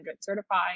certified